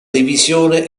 divisione